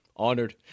Honored